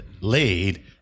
laid